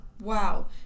Wow